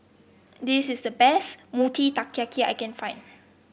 this is the best Mochi Taiyaki I can find